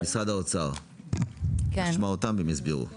משרד האוצר ישיב ויסביר.